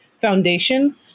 foundation